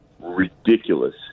ridiculous